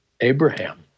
Abraham